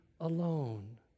alone